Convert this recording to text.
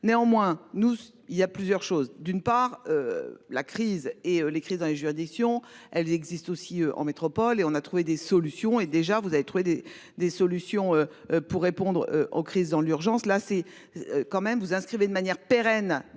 néanmoins nous il y a plusieurs choses, d'une part. La crise et les crises dans les juridictions, elles existent aussi en métropole et on a trouvé des solutions et déjà vous avez trouver des des solutions. Pour répondre aux crises dans l'urgence, là c'est. Quand même vous inscrivez de manière pérenne